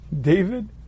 David